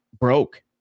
broke